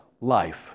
life